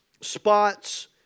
spots